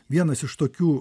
vienas iš tokių